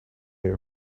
your